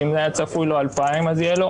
אם זה היה צפוי 2,000 אז יהיה לו